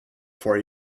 for